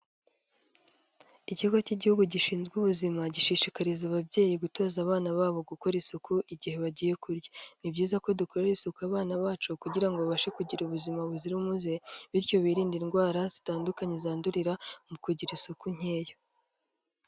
Ikigo k'igihugu gishinzwe ubuzima gishishikariza ababyeyi gutoza abana babo gukora isuku igihe bagiye kurya, ni byiza ko dukorera isuku abana bacu kugira ngo babashe kugira ubuzima buzira umuze bityo biririnde indwara zitandukanye zandurira mu kugira isuku nkeya.